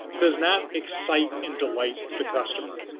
does not excite and delight the customer.